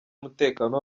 umutekano